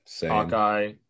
Hawkeye